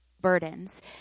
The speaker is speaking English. burdens